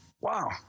Wow